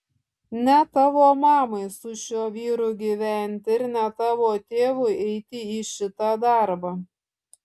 ne tavo mamai su šiuo vyru gyventi ir ne tavo tėvui eiti į šitą darbą